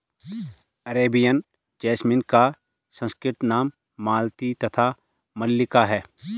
Arabian jasmine का संस्कृत नाम मालती तथा मल्लिका है